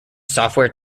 software